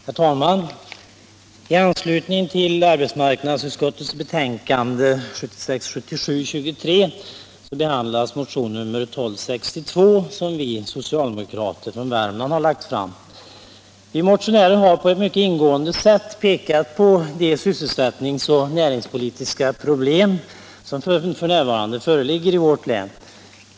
Herr talman! I anslutning till arbetsmarknadsutskottets betänkande 1976/77:23 behandlas motion nr 1262, som vi socialdemokrater från Värmland lagt fram. Vi motionärer har på ett mycket ingående sätt pekat på de sysselsättningsoch näringspolitiska problem som f.n. föreligger i vårt län.